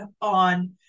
on